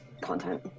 Content